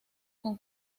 con